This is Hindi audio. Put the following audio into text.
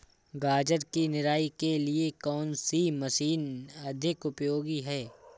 गाजर की निराई के लिए कौन सी मशीन अधिक उपयोगी है?